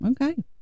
okay